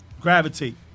gravitate